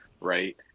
right